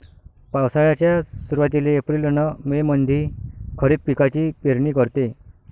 पावसाळ्याच्या सुरुवातीले एप्रिल अन मे मंधी खरीप पिकाची पेरनी करते